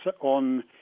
on